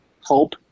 hope